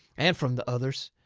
and from the others.